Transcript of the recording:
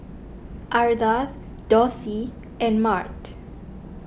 Ardath Dossie and Mart